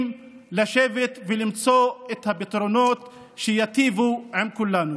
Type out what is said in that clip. ולמצוא את הפתרונות שיטיבו עם כולנו.